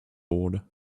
board